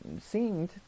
seemed